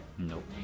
Nope